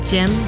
Jim